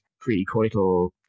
pre-coital